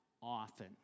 often